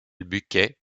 bucquet